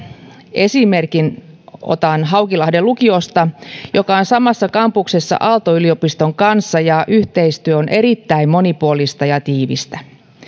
esimerkin otan haukilahden lukiosta joka on samassa kampuksessa aalto yliopiston kanssa ja yhteistyö on erittäin monipuolista ja tiivistä